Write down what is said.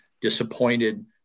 disappointed